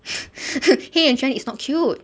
黑眼圈 is not cute